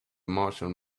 martians